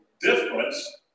difference